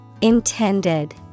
Intended